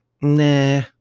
nah